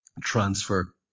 transfer